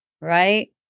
right